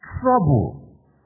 Trouble